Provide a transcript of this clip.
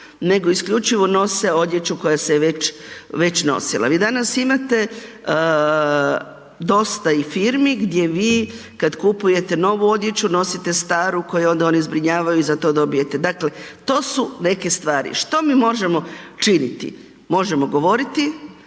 nego isključivo nose odjeću koja se već nosila. Vi danas imate dosta i firmi gdje vi kad kupujete novu odjeću nosite staru koju onda oni zbrinjavaju i za to dobijete, dakle to su neke stvari. Što mi možemo činiti? Možemo govoriti,